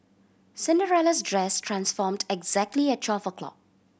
Cinderella's dress transformed exactly at twelve o'clock